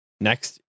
next